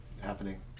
happening